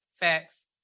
Facts